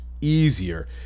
easier